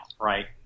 right